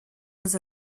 was